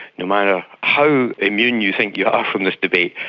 no matter how immune you think you are from this debate,